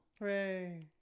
Hooray